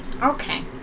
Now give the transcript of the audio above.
Okay